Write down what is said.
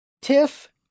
Tiff